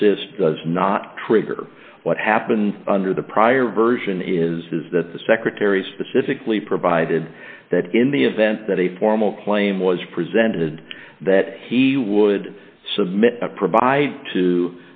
assist does not trigger what happened under the prior version is that the secretary specifically provided that in the event that a formal claim was presented that he would submit provide to